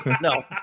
No